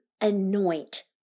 anoint